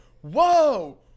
whoa